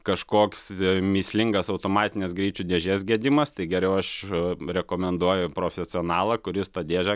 kažkoks mįslingas automatinės greičių dėžės gedimas tai geriau aš rekomenduoju profesionalą kuris tą dėžę